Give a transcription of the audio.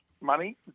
money